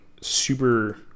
super